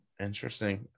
Interesting